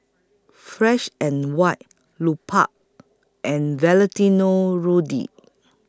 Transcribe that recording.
Fresh and White Lupark and Valentino Rudy